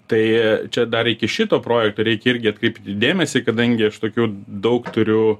tai čia dar iki šito projekto reikia irgi atkreipti dėmesį kadangi aš tokių daug turiu